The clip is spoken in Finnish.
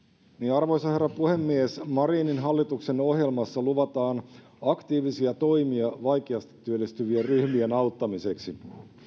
arvoisa herra puhemies marinin hallituksen ohjelmassa luvataan aktiivisia toimia vaikeasti työllistyvien ryhmien auttamiseksi